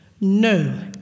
No